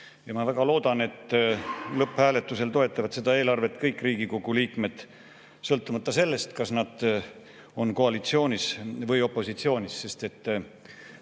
Ma väga loodan, et lõpphääletusel toetavad seda eelarvet kõik Riigikogu liikmed, sõltumata sellest, kas nad on koalitsioonis või opositsioonis, sest